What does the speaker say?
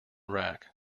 rack